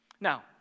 Now